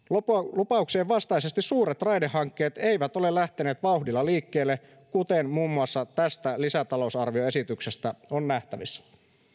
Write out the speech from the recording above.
lupauksien vastaisesti suuret raidehankkeet eivät ole lähteneet vauhdilla liikkeelle kuten muun muassa tästä lisätalousarvioesityksestä on nähtävissä